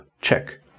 Check